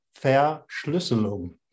verschlüsselung